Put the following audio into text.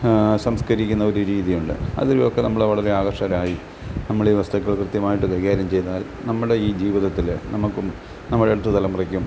സംസ്കരിക്കുന്ന ഒരു രീതിയുണ്ട് അതിലൊക്കെ നമ്മള് വളരെ ആകൃഷ്ടരായി നമ്മൾ ഈ വ്യവസ്ഥയൊക്കെ കൃത്യമായിട്ട് കൈകാര്യം ചെയ്താൽ നമ്മളുടെ ഈ ജീവിതത്തിലെ നമ്മക്കും നമ്മുടെ അടുത്ത തലമുറയ്ക്കും